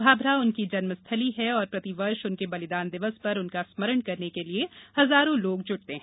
भाभरा उनकी जन्मस्थली है और प्रति वर्ष उनके बलिदान दिवस पर उनका स्मरण करने के लिए हजारो लोग जुटते हैं